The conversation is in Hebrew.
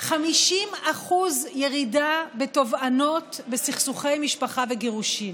50% בתובענות בסכסוכי משפחה וגירושים,